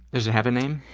does it have a name?